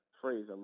phrase